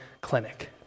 clinic